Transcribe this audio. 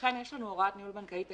לכן יש לנו הוראת ניהול בנקאי תקין,